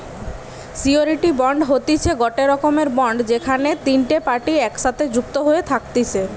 surety bond হতিছে গটে রকমের বন্ড যেখানে তিনটে পার্টি একসাথে যুক্ত হয়ে থাকতিছে